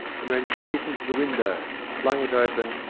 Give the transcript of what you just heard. and ran shriek ing to the window, flung it open,